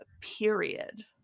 period